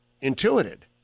intuited